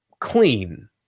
clean